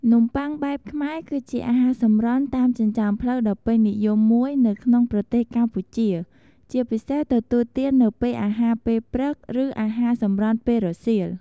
នំប័ុងបែបខ្មែរ គឺជាអាហារសម្រន់តាមចិញ្ចើមផ្លូវដ៏ពេញនិយមមួយនៅក្នុងប្រទេសកម្ពុជា ជាពិសេសទទួលទាននៅពេលអាហារពេលព្រឹក ឬអាហារសម្រន់ពេលរសៀល។